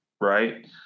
Right